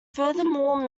furthermore